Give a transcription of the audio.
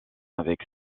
avec